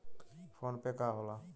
PhonePe का होला?